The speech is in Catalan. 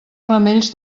ramells